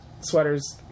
sweaters